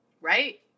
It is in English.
Right